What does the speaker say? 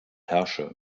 herrsche